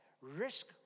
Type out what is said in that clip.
Risk